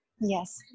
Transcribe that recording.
yes